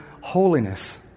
holiness